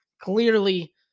Clearly